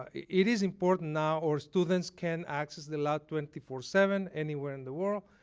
ah it is important now our students can access the lab twenty four seven anywhere in the world.